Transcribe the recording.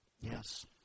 Yes